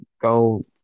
go